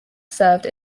served